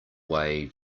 way